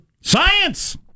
Science